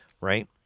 right